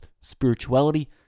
spirituality